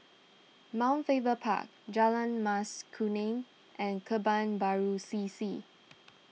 Mount Faber Park Jalan Mas Kuning and Kebun Baru C C